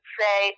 say